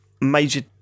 major